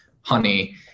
honey